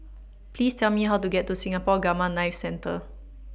Please Tell Me How to get to Singapore Gamma Knife Centre